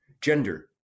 gender